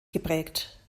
geprägt